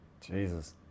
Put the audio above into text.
Jesus